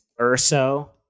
Urso